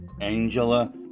Angela